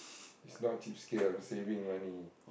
it's not cheapskate I'm saving money